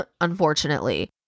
unfortunately